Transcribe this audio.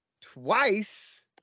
Twice